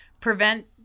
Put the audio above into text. prevent